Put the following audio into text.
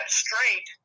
straight